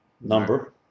number